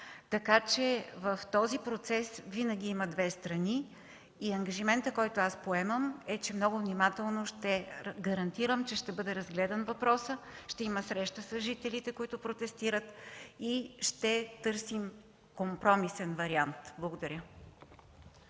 Така че в този процес винаги има две страни и ангажиментът, който аз поемам, гарантирам, че ще бъде разгледан въпросът, ще има среща с жителите, които протестират и ще търсим компромисен вариант. Благодаря.